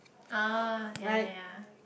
ah ya ya ya